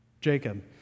Jacob